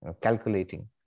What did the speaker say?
calculating